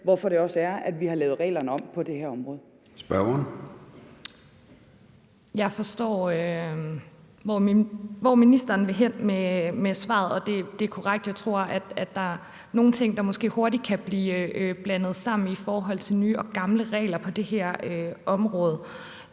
Spørgeren. Kl. 13:31 Sandra Elisabeth Skalvig (LA): Jeg forstår, hvor ministeren vil hen med svaret. Jeg tror, at der er nogle ting, der måske hurtigt kan blive blandet sammen i forhold til nye og gamle regler på det her område.